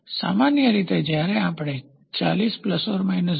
સામાન્ય રીતે જ્યારે આપણે 40 ± 0